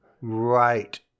right